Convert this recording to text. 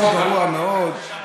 חוק גרוע מאוד.